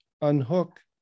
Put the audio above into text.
unhook